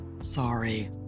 Sorry